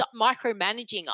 micromanaging